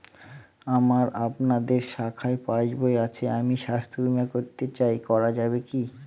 আমার আপনাদের শাখায় পাসবই আছে আমি স্বাস্থ্য বিমা করতে চাই করা যাবে কি?